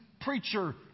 preacher